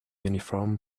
uniform